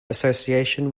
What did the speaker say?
association